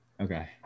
okay